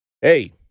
hey